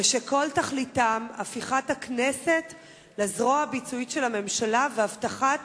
ושכל תכליתם הפיכת הכנסת לזרוע הביצועית של הממשלה והבטחת